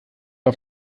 auf